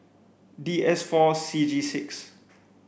D S four C G six